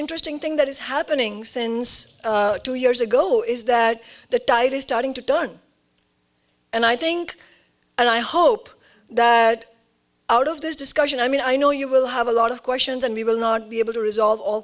interesting thing that is happening since two years ago is that the tide a starting to turn and i think and i hope that out of this discussion i mean i know you will have a lot of questions and we will not be able to resolve all